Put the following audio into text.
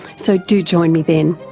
so do join me then.